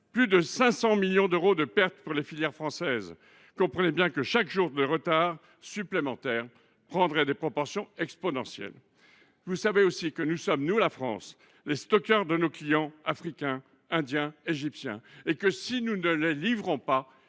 plus de 500 millions d’euros pour les filières françaises. Comprenez bien que chaque jour de retard supplémentaire prendrait des proportions exponentielles. Vous savez aussi que nous sommes, en France, les stockeurs de nos clients africains, indiens ou égyptiens, et que si nous ne les livrons pas,